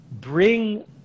bring